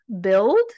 build